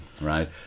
right